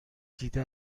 دیده